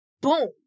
boom